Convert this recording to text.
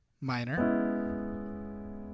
minor